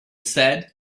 said